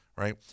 Right